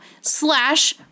slash